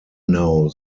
now